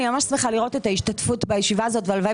אני ממש שמחה לראות את ההשתתפות בישיבה הזאת והלוואי